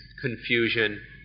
confusion